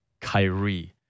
Kyrie